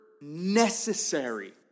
necessary